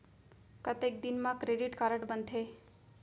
कतेक दिन मा क्रेडिट कारड बनते?